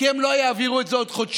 כי הם לא יעבירו את זה בעוד חודשיים,